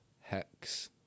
Hex